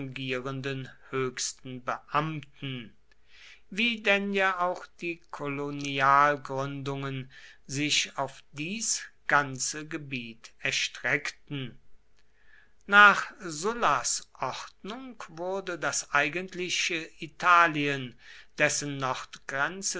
höchsten beamten wie denn ja auch die kolonialgründungen sich durch dies ganze gebiet erstreckten nach sullas ordnung wurde das eigentliche italien dessen